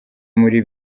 muri